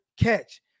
catch